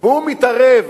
והוא מתערב